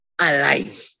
alive